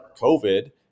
COVID